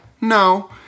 No